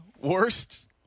worst